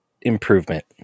improvement